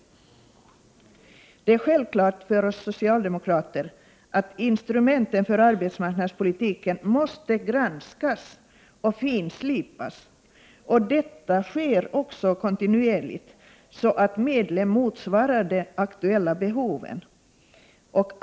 Det är självklart för oss socialdemokrater att instrumenten för arbetsmarknadspolitiken måste granskas och finslipas. Detta sker också kontinuerligt så, att medlen motsvarar de aktuella behoven.